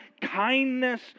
kindness